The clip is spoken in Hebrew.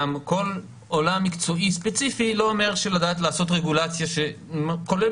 גם כל עולם מקצועי ספציפי לא אומר ידיעה לעשות רגולציה שכוללת